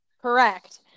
Correct